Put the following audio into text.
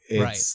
Right